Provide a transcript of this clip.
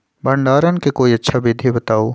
भंडारण के कोई अच्छा विधि बताउ?